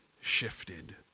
shifted